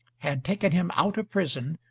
had taken him out of prison,